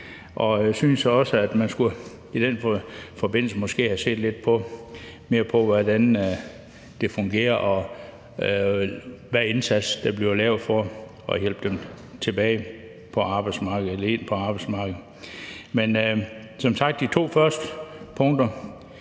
og synes også, at man i den forbindelse måske skulle have set lidt mere på, hvordan det fungerer, og hvilken indsats der bliver lavet for at hjælpe dem tilbage eller ind på arbejdsmarkedet. Men som sagt: De to første punkter